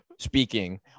Speaking